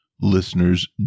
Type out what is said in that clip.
listeners